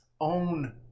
own